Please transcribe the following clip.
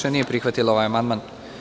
nije prihvatila ovaj amandman.